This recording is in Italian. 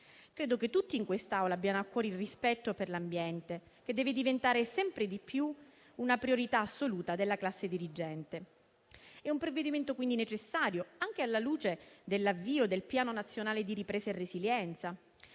Credo che tutti in questa Aula abbiamo a cuore il rispetto per l'ambiente, che deve diventare sempre di più una priorità assoluta della classe dirigente. È un provvedimento necessario anche alla luce dell'avvio del Piano nazionale di ripresa e resilienza,